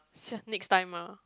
see ah next time ah